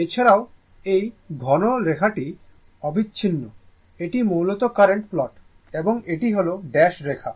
এছাড়াও এই ঘন রেখাটি অবিচ্ছিন্ন এটি মূলত কারেন্ট প্লট এবং এটি হল ড্যাশ রেখা